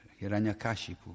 Hiranyakashipu